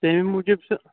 تٔمِی موٗجُوب چھِ